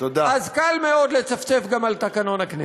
אז קל מאוד לצפצף גם על תקנון הכנסת.